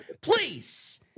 Please